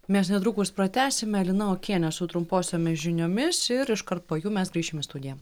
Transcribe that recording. mes netrukus pratęsime lina okienė su trumposiomis žiniomis ir iškart po jų mes grįšim į studiją